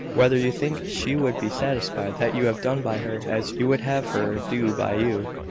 whether you think she would be satisfied that you have done by her as you would have her do by you.